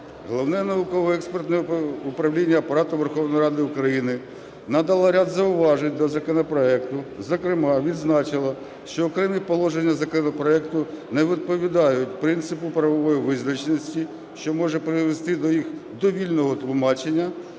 Головне науково-експертне управління Апарату Верховної Ради України надало ряд зауважень до законопроекту, зокрема відзначило, що окремі положення законопроекту не відповідають принципу правової визначеності, що може призвести до їх довільного тлумачення